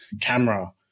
camera